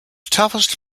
toughest